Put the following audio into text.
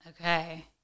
Okay